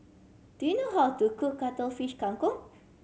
do you know how to cook Cuttlefish Kang Kong